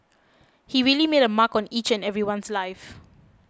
he really made a mark on each and everyone's life